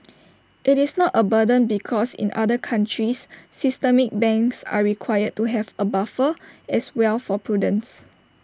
IT is not A burden because in other countries systemic banks are required to have A buffer as well for prudence